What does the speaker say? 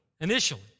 initially